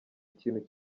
ikintu